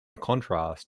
contrast